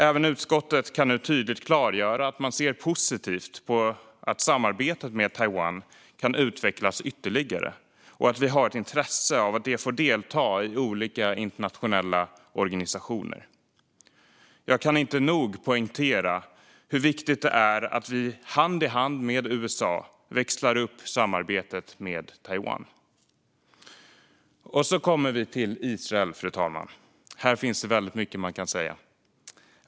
Även utskottet kan nu tydligt klargöra att man ser positivt på att samarbetet med Taiwan kan utvecklas ytterligare och att vi har ett intresse av att de får delta i olika internationella organisationer. Jag kan inte nog poängtera hur viktigt det är att vi hand i hand med USA växlar upp samarbetet med Taiwan. Och så kommer vi till Israel, fru talman. Här finns det väldigt mycket man kan säga.